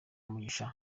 umugisha